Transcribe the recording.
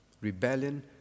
rebellion